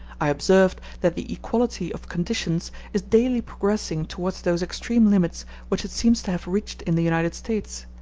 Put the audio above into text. i observed that the equality of conditions is daily progressing towards those extreme limits which it seems to have reached in the united states,